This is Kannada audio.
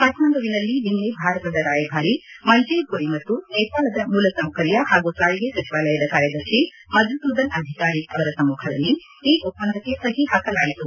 ಕಾಕ್ಕಂಡುವಿನಲ್ಲಿ ನಿನ್ನೆ ಭಾರತದ ರಾಯಭಾರಿ ಮಂಜೀವ್ಪುರಿ ಮತ್ತು ನೇಪಾಳದ ಮೂಲಸೌಕರ್ಯ ಹಾಗೂ ಸಾರಿಗೆ ಸಚಿವಾಲಯದ ಕಾರ್ಯದರ್ಶಿ ಮಧುಸೂದನ್ ಅಧಿಕಾರಿ ಅವರ ಸಮ್ಮಖದಲ್ಲಿ ಈ ಒಪ್ಪಂದಕ್ಕೆ ಸಹಿ ಹಾಕಲಾಯಿತು